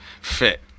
fit